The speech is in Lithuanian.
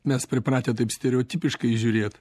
mes pripratę taip stereotipiškai žiūrėt